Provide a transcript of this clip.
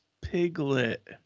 Piglet